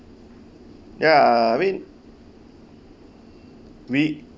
ya I mean we